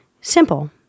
Simple